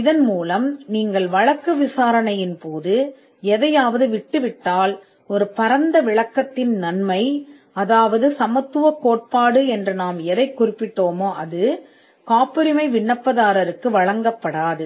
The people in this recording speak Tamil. இதன்மூலம் நீங்கள் வழக்குத் தொடரும்போது எதையாவது விட்டுவிட்டால் ஒரு பரந்த விளக்கத்தின் நன்மை சமத்துவத்தின் கோட்பாடு காப்புரிமை விண்ணப்பதாரருக்கு நீட்டிக்கப்படாது